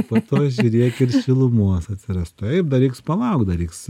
po to žiūrėk ir šilumos atsiras taip dar reiks palaukt dar reiks